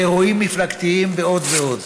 אירועים מפלגתיים ועוד ועוד.